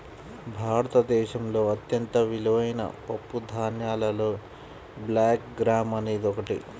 భారతదేశంలో అత్యంత విలువైన పప్పుధాన్యాలలో బ్లాక్ గ్రామ్ అనేది ఒకటి